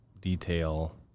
detail